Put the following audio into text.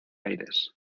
aires